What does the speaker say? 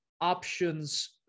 options